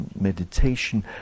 meditation